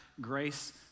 grace